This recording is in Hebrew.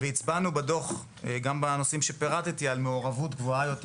והצבענו בדוח גם בנושאים שפירטתי על מעורבות גבוהה יותר